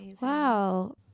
wow